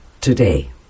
today